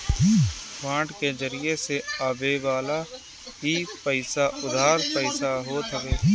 bond के जरिया से आवेवाला इ पईसा उधार पईसा होत हवे